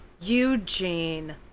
Eugene